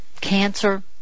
cancer